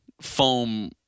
foam